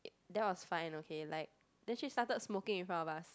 that was fine okay like then she started smoking in front of us